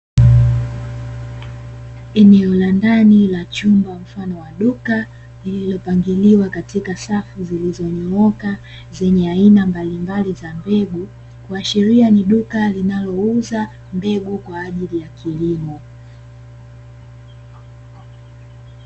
Eneo la ndani la chumba mfano wa duka lililopangiliwa katika safu zilizo nyooka zenye aina mbalimbali za mbegu, huashiria ni duka linalouza mbegu kwa ajili ya kilimo.